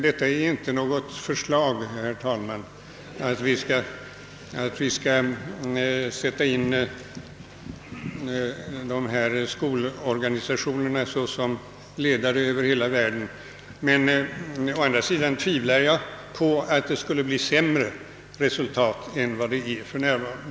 Detta är inte något förslag, herr talman, att vi ska sätta in skolorganisationerna såsom ledare över hela världen, men å andra sidan tvivlar jag på att resultatet, om så skedde, skulle bli en sämre värld än den vi har för närvarande.